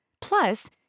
Plus